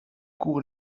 court